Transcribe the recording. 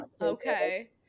Okay